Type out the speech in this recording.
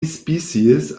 species